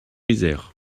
isère